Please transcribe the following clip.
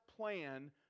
plan